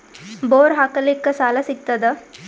Bore ಹಾಕಲಿಕ್ಕ ಸಾಲ ಸಿಗತದ?